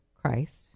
Christ